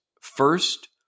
First